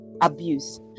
abuse